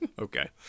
Okay